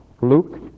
Luke